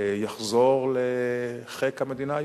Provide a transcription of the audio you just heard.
יחזור לחיק המדינה היהודית.